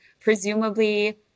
presumably